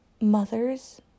mothers